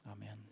amen